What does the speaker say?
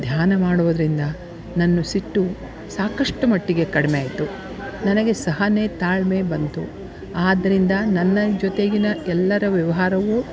ಧ್ಯಾನ ಮಾಡುವುದರಿಂದ ನನ್ನ ಸಿಟ್ಟು ಸಾಕಷ್ಟು ಮಟ್ಟಿಗೆ ಕಡಿಮೆ ಆಯಿತು ನನಗೆ ಸಹನೆ ತಾಳ್ಮೆ ಬಂತು ಆದ್ದರಿಂದ ನನ್ನ ಜೊತೆಗಿನ ಎಲ್ಲರ ವ್ಯವಹಾರವೂ